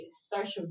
social